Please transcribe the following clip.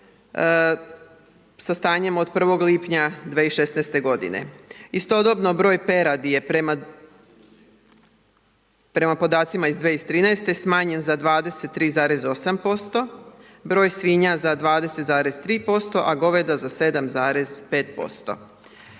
sa stanjem od 1. lipnja 2016. godine. Istodobno broj peradi je prema podacima 2013. smanjen za 23,8%, broj svinja za 20,3%, a goveda za 7,5%.